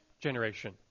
generation